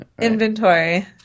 Inventory